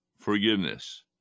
forgiveness